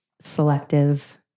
selective